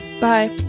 Bye